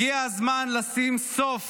הגיע הזמן לשים סוף